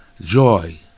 Joy